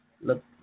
look